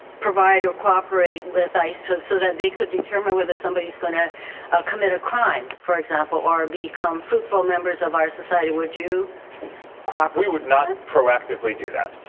provide or cooperate with ice so so that they could determine whether somebody is going to commit a crime, for example, or become fruitful members of our society would you cooperate we would not pro-actively do that.